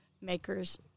makers